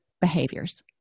behaviors